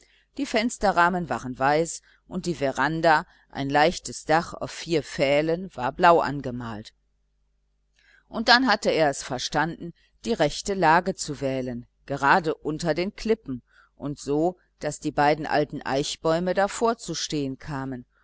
die fensterrahmen waren weiß und die veranda ein leichtes dach auf vier pfählen war blau gemalt und dann hatte er es verstanden die rechte lage zu wählen gerade unter den klippen und so daß die beiden alten eichbäume davor zu stehen kamen